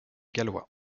gallois